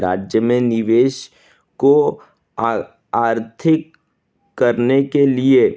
राज्य में निवेश को आर्थिक करने के लिए